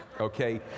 okay